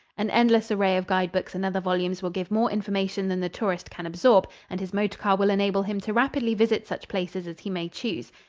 an endless array of guide-books and other volumes will give more information than the tourist can absorb and his motor car will enable him to rapidly visit such places as he may choose.